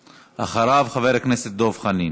ואחריו, חבר הכנסת דב חנין.